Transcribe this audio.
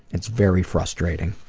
it's very frustrating.